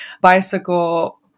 bicycle